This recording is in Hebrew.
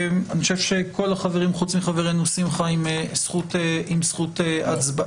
אני חושב שכול החברים חוץ מחברינו שמחה עם זכות הצבעה.